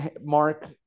mark